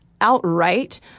outright